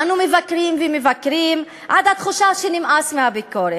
אנו מבקרים ומבקרים, עד התחושה שנמאס מהביקורת.